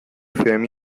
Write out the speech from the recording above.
mugimendu